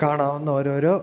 കാണാവുന്ന ഓരോരോ